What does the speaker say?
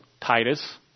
Titus